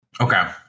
Okay